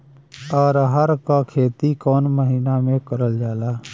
अरहर क खेती कवन महिना मे करल जाला?